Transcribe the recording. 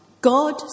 God